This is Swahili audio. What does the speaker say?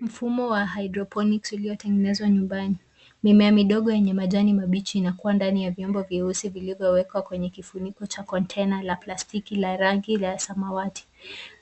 Mfumo wa hydroponics uliotengenezwa nyumbani. Mimea midogo yenye majani mabichi inakuwa ndani ya vyombo vyeusi vilivyowekwa kwenye kifuniko cha kontena la plastiki la rangi la samawati.